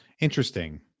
Interesting